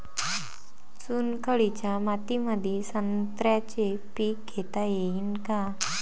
चुनखडीच्या मातीमंदी संत्र्याचे पीक घेता येईन का?